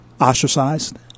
Ostracized